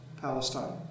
Palestine